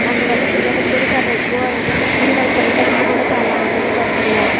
అందువల్ల పిల్లలకు కూడా చాలా ఎక్కువ ఇంట్రెస్ట్ వస్తుంది వాళ్ళ తల్లిదండ్రులు కూడా చాలా ఆనంద పడుతున్నారు